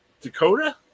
Dakota